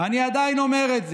אני עדיין אומר את זה,